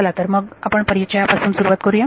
चला तर मग आपण परिचयापासून सुरुवात करुया